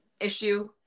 issue